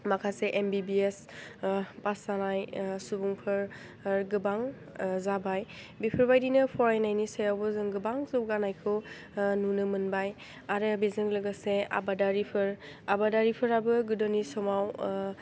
माखासे M B B S pass जानाय सुबुंफोर आरो गोबां जाबाय बेफोरबायदिनो फरायनायनि सायावबो जों गोबां जौगानायखौ नुनो मोनबाय आरो बेजों लोगोसे आबादारिफोर आबादारिफोराबो गोदोनि समाव